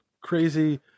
crazy